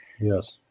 Yes